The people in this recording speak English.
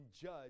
judge